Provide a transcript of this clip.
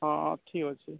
ହଁ ଠିକ୍ ଅଛି